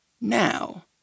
now